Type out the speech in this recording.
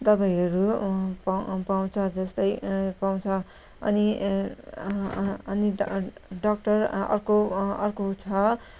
दबाईहरू पाउँछ जस्तै पाउँछ अनि डक्टर अर्को अर्को छ